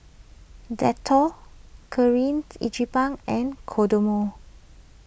Dettol Kirin Ichiban and Kodomo